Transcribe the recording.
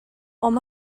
hom